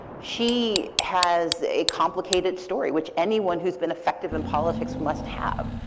she has a complicated story, which anyone who's been effective in politics must have.